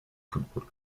football